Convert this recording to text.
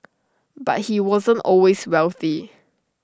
but he wasn't always wealthy